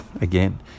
Again